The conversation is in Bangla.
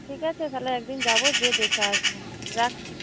ঠিক আছে তাহলে একদিন যাবো গিয়ে দেখে আসবো রাখছি